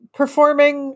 performing